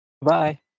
Bye